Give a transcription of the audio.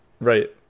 right